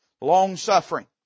long-suffering